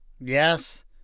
Yes